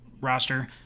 roster